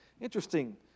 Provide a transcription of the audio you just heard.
Interesting